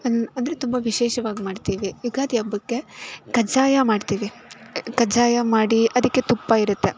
ಅನ್ ಅಂದರೆ ತುಂಬ ವಿಶೇಷವಾಗಿ ಮಾಡ್ತೀವಿ ಯುಗಾದಿ ಹಬ್ಬಕ್ಕೆ ಕಜ್ಜಾಯ ಮಾಡ್ತೀವಿ ಕಜ್ಜಾಯ ಮಾಡಿ ಅದಕ್ಕೆ ತುಪ್ಪ ಇರುತ್ತೆ